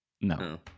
No